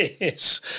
Yes